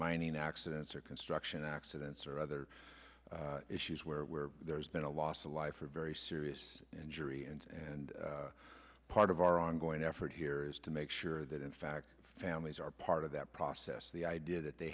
mining accidents or construction accidents or other issues where there's been a loss of life or very serious injury and and part of our ongoing effort here is to make sure that in fact families are part of that process the idea that they